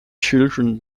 children